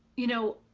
you know,